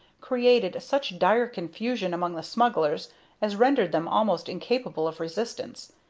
created such dire confusion among the smugglers as rendered them almost incapable of resistance.